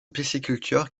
pisciculture